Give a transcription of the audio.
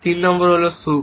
3 নম্বর সুখ